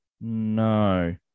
No